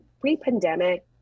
pre-pandemic